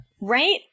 Right